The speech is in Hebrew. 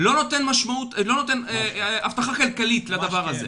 לא נותן הבטחה כלכלית לדבר הזה.